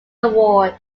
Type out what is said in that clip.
award